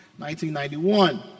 1991